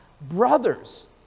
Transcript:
Brothers